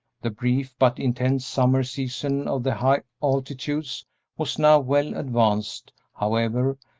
the brief but intense summer season of the high altitudes was now well advanced, however,